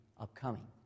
upcoming